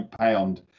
pound